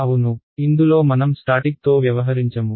అవును ఇందులో మనం స్టాటిక్తో వ్యవహరించము